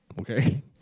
okay